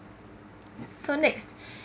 so next